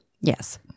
Yes